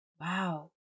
wow